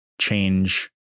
change